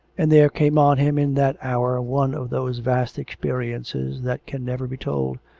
and there came on him in that hour one of those vast experiences that can never be told,